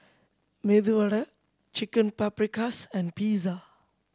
Medu Chicken Paprikas and Pizza